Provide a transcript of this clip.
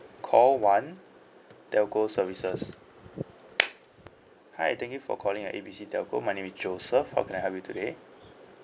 call one telco services hi thank you for calling at A B C telco my name is joseph how can I help you today